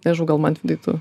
nežinau gal mantvidai tu